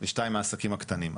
ושתיים העסקים הקטנים.